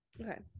Okay